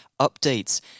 updates